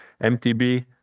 MTB